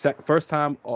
first-time